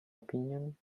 opinion